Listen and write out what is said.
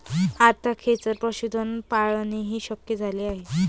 आता खेचर पशुधन पाळणेही शक्य झाले आहे